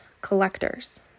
collectors